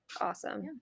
awesome